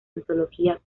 antología